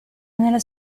nella